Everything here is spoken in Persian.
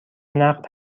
نقد